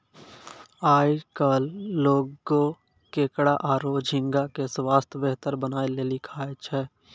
आयकल लोगें केकड़ा आरो झींगा के स्वास्थ बेहतर बनाय लेली खाय छै